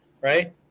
right